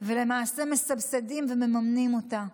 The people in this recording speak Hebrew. ולמעשה מסבסדים ומממנים אותה,